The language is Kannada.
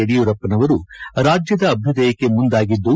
ಯಡಿಯೂರಪ್ಪನರು ರಾಜ್ಯದ ಅಭ್ಯದಯಕ್ಕೆ ಮುಂದಾಗಿದ್ದು